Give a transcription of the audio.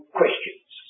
questions